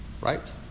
Right